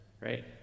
right